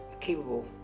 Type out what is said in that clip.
capable